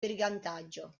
brigantaggio